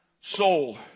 soul